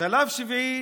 שלב שביעי,